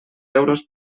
euros